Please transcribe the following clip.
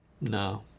No